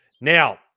Now